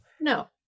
No